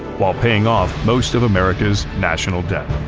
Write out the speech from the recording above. while paying off most of america's national debt.